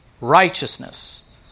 righteousness